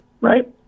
Right